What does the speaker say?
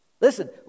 Listen